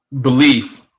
belief